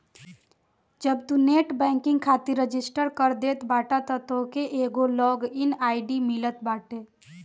जब तू net banking खातिर रजिस्टर कर देत बाटअ तअ तोहके एगो लॉग इन आई.डी मिलत बाटे